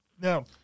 now